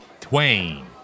Twain